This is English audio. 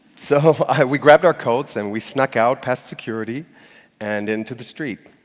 so we grabbed our coats, and we snuck out past security and into the street.